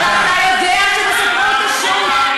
הרי אתה יודע שזה דבר פשוט.